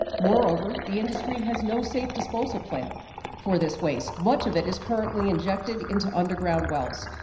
moreover, the industry has no safe disposal plans for this waste. much of it is currently injected into underground wells,